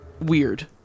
weird